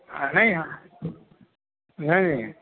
نہیں نہیں